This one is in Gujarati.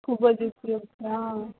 ખૂબ જ ઉપયોગી હા